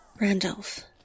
Randolph